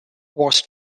was